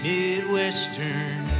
Midwestern